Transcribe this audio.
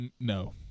No